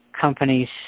companies